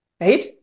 right